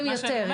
משרד החינוך,